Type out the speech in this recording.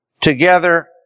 together